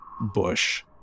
bush